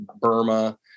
Burma